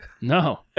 No